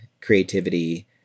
creativity